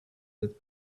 its